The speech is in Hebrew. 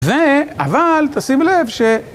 ו... אבל תשימו לב ש...